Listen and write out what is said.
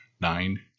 nine